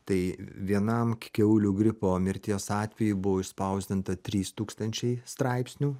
tai vienam kiaulių gripo mirties atvejui buvo išspausdinta trys tūkstančiai straipsnių